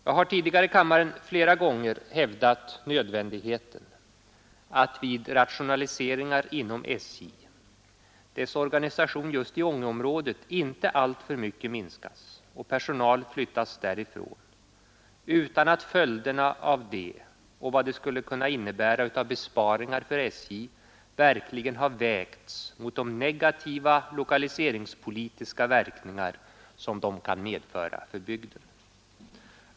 Jag har tidigare i kammaren flera gånger hävdat nödvändigheten av att vid rationaliseringar inom SJ dess organisation i Ångeområdet inte alltför mycket minskas och personal flyttas därifrån utan att följderna av detta och vad det skulle kunna innebära av besparingar för SJ verkligen har vägts mot de negativa lokaliseringspolitiska verkningar som det kan medföra för bygden.